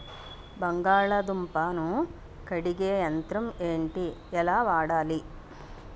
బంగాళదుంప ను కడిగే యంత్రం ఏంటి? ఎలా వాడాలి?